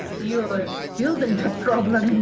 you are building the problem.